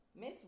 Miss